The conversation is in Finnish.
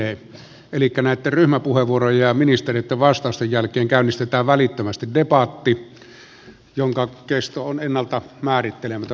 elikkä näitten ryhmäpuheenvuorojen ja ministereitten vastausten jälkeen käynnistetään välittömästi debatti jonka kesto on ennalta määrittelemätön